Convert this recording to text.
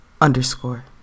underscore